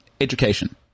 education